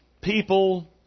people